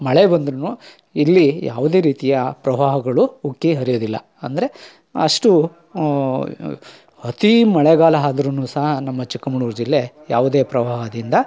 ಮಳೆ ಬಂದ್ರು ಇಲ್ಲಿ ಯಾವುದೇ ರೀತಿಯ ಪ್ರವಾಹಗಳು ಉಕ್ಕಿ ಹರಿಯೋದಿಲ್ಲ ಅಂದರೆ ಅಷ್ಟು ಅತೀ ಮಳೆಗಾಲ ಆದ್ರೂ ಸಹ ನಮ್ಮ ಚಿಕ್ಕಮಗ್ಳೂರು ಜಿಲ್ಲೆ ಯಾವುದೇ ಪ್ರವಾಹದಿಂದ